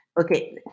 Okay